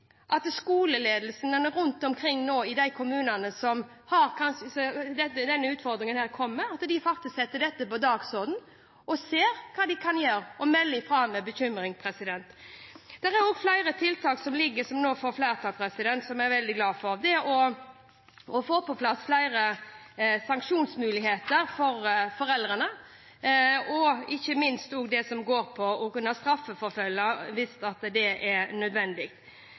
at skoleledelsen rundt omkring i de kommunene hvor denne utfordringen kommer, faktisk setter på dagsordenen og ser hva de kan gjøre, og melder ifra om bekymring. Det er også flere tiltak som ligger, som nå får flertall, som jeg er veldig glad for: det å få på plass flere sanksjonsmuligheter mot foreldrene og ikke minst også det som går på å kunne straffeforfølge hvis det er nødvendig.